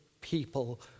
people